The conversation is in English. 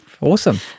Awesome